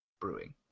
brewing